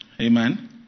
amen